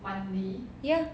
ya